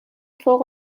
فوق